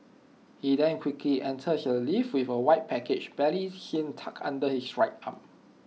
he then quickly enters the lift with A white package barely seen tucked under his right arm